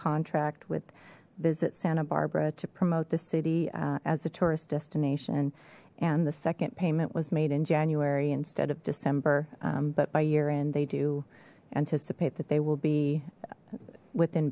contract with visit santa barbara to promote the city as a tourist destination and the second payment was made in january instead of december but by year end they do anticipate that they will be within